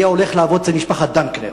היה הולך לעבוד אצל משפחת דנקנר,